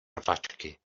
rvačky